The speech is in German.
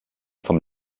vom